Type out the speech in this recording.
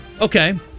okay